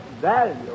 value